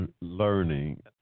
learning